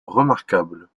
remarquables